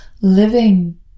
living